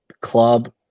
club